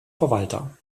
verwalter